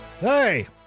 Hey